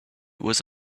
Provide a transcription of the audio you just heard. was